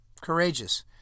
courageous